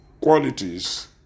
qualities